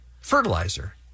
fertilizer